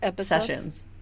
sessions